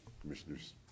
commissioners